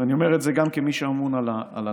ואני אומר את זה גם כמי שאמון על הנושא,